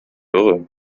irre